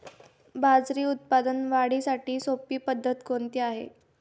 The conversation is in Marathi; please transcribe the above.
बाजरी उत्पादन वाढीची सोपी पद्धत कोणती आहे?